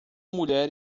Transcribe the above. mulher